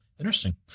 Interesting